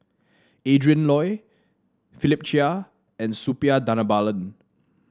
Adrin Loi Philip Chia and Suppiah Dhanabalan